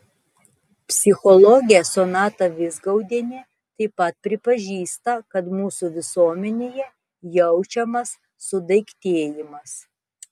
psichologė sonata vizgaudienė taip pat pripažįsta kad mūsų visuomenėje jaučiamas sudaiktėjimas